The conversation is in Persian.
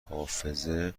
حافظه